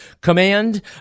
command